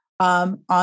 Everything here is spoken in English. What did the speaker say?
On